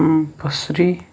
بصری